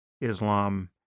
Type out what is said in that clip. Islam